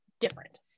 different